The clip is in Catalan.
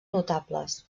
notables